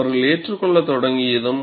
அவர்கள் ஏற்றுக்கொள்ளத் தொடங்கியதும்